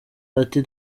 ati